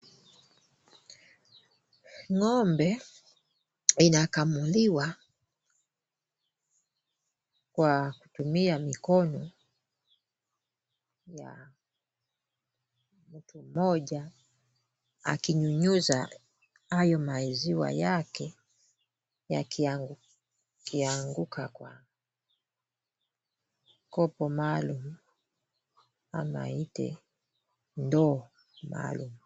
Ng'ombe inakamuliwa kwa kutumia mikono ya mtu mmoja akinyunyiza hayo maziwa yake yakianguka kwa kopo maalum ama aite ndoo maalum.